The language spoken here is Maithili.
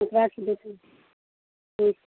ओकरा ठिके छै हुँ